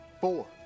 four